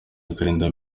arenga